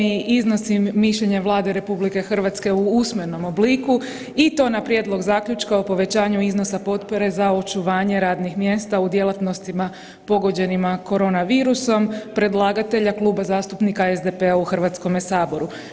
Iznosim mišljenje Vlade RH u usmenom obliku i to na Prijedlog zaključka o povećanju iznosa potpore za očuvanje radnih mjesta u djelatnostima pogođenima korona virusom, predlagatelja Kluba zastupnika SDP-a u Hrvatskome saboru.